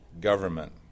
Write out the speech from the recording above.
Government